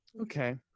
Okay